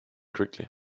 quickly